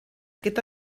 gyda